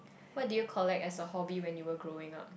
what did you collect as a hobby when you were growing up